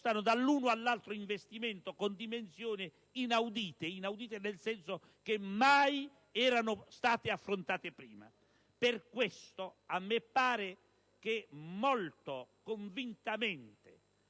spostano dall'uno all'altro investimento, con dimensioni inaudite: inaudite, nel senso che mai erano state affrontate prima. Per questo, il Popolo della Libertà